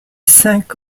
cinq